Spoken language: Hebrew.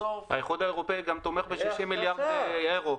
--- האיחוד האירופי גם תומך ב-60 מיליארד אירו.